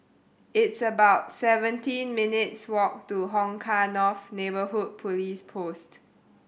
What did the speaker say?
it's about seventeen minutes' walk to Hong Kah North Neighbourhood Police Post